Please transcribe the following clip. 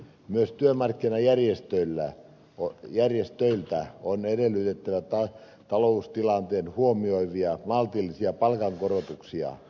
myös työmarkkinajärjestöiltä on edellytettävä taloustilanteen huomioivia maltillisia palkankorotuksia